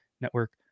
Network